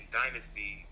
dynasty